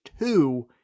two